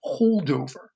holdover